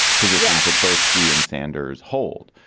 positions that both she and sanders hold.